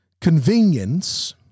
Convenience